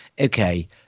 okay